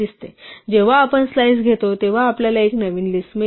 जेव्हा आपण स्लाइस घेतो तेव्हा आपल्याला एक नवीन लिस्ट मिळते